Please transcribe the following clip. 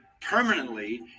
permanently